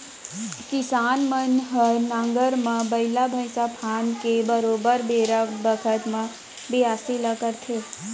किसान मन ह नांगर म बइला भईंसा फांद के बरोबर बेरा बखत म बियासी ल करथे